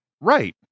Right